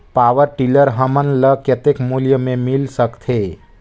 Power tiller हमन ल कतेक मूल्य मे मिल सकथे?